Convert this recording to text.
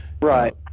Right